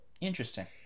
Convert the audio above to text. Interesting